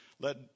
let